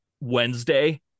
Wednesday